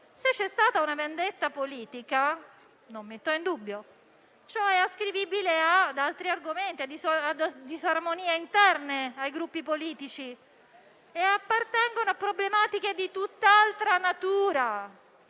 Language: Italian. Se c'è stata una vendetta politica - non lo metto in dubbio - ciò è ascrivibile ad altri argomenti e a disarmonie interne ai Gruppi politici, che appartengono a problematiche di tutt'altra natura